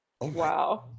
Wow